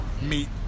meet